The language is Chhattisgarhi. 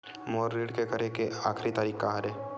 मोर ऋण के करे के आखिरी तारीक का हरे?